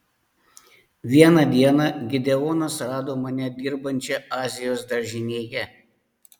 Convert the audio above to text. vieną dieną gideonas rado mane dirbančią azijos daržinėje